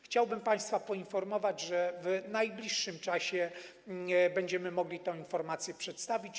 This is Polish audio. Chciałbym państwa poinformować, że w najbliższym czasie będziemy mogli tę informację przedstawić.